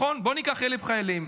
בואו ניקח 1,000 חיילים,